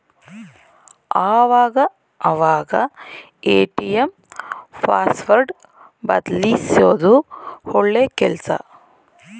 ಆವಾಗ ಅವಾಗ ATM password ಬದಲ್ಯಿಸೋದು ಒಳ್ಳೆ ಕೆಲ್ಸ